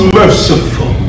merciful